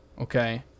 okay